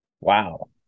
Wow